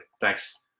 thanks